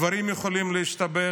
דברים יכולים להשתבש.